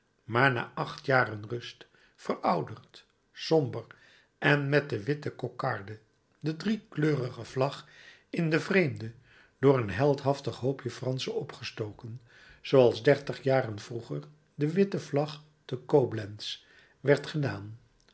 maar na acht jaren rust verouderd somber en met de witte kokarde de driekleurige vlag in den vreemde door een heldhaftig hoopje franschen opgestoken zooals dertig jaren vroeger de witte vlag te coblentz werd gedaan